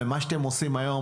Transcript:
למה שאתם עושים היום.